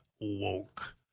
Woke